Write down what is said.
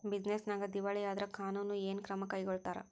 Business ನ್ಯಾಗ ದಿವಾಳಿ ಆದ್ರ ಕಾನೂನು ಏನ ಕ್ರಮಾ ಕೈಗೊಳ್ತಾರ?